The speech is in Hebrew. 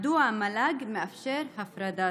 מדוע המל"ג מאפשר הפרדה